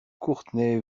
courtney